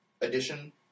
edition